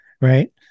right